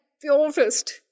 purest